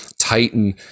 Titan